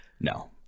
No